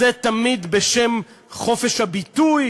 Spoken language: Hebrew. זה תמיד בשם חופש הביטוי